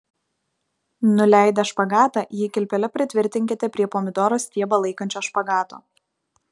nuleidę špagatą jį kilpele pritvirtinkite prie pomidoro stiebą laikančio špagato